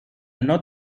note